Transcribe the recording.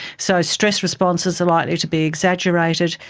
so stress responses are likely to be exaggerated.